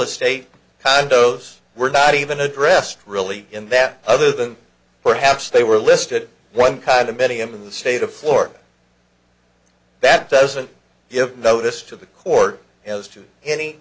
estate condos were not even addressed really in that other than perhaps they were listed one condominium in the state of florida that doesn't give notice to the court as to any